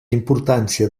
importància